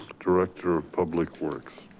director of public works.